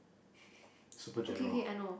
super general